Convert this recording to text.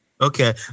Okay